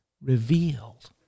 revealed